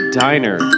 diner